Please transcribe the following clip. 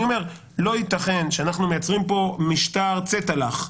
אני אומר שלא ייתכן שאנחנו מייצרים פה משטר צטלך,